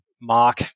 mark